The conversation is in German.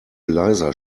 leiser